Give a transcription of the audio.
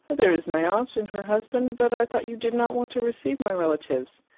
there is my aunt and her husband but i thought you did not want to receive my relatives.